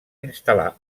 instal·lar